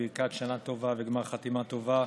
בברכת שנה טובה וגמר חתימה טובה.